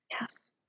Yes